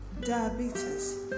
diabetes